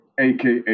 aka